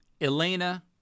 Elena